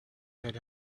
had